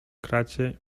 kracie